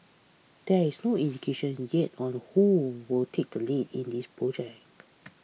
there is no indication yet on who will take the lead in this project